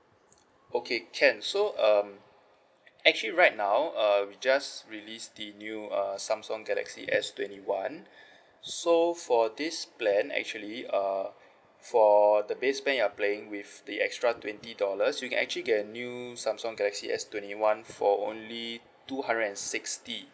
okay can so um actually right now err we just released the new err samsung galaxy S twenty one so for this plan actually err for the base plan you're paying with the extra twenty dollars you can actually get a new samsung galaxy S twenty one for only two hundred and sixty